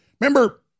remember